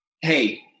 hey